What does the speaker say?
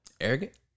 Arrogant